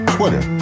Twitter